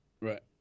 Right